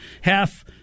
half